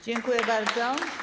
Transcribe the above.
Dziękuję bardzo.